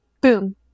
Boom